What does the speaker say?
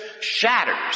shatters